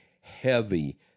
heavy